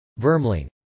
vermling